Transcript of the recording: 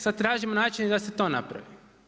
Sad tražimo načina da se to napravi.